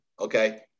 Okay